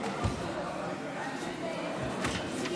תשבו עם הגורם המקצועי,